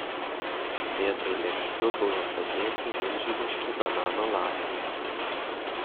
vietoj lėkščių buvo padėti milžiniški banano lapai